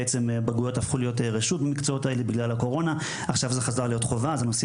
בעקבות הקורונה הבגרויות במקצועות האלה הפכו להיות רשות.